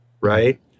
right